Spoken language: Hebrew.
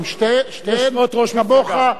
הן שתיהן, יושבות-ראש מפלגה.